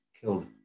killed